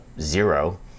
zero